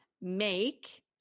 make